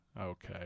Okay